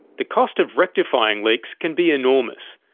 the cost of rectifying leaks can be enormous.